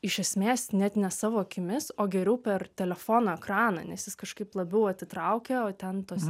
iš esmės net ne savo akimis o geriau per telefono ekraną nes jis kažkaip labiau atitraukia o ten tose